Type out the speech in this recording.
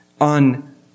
on